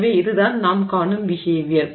எனவே இதுதான் நாம் காணும் பிஹேவியர்